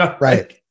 right